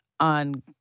On